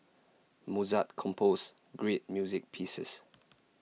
Mozart composed great music pieces